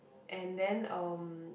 and then um